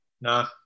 No